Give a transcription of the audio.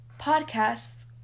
podcasts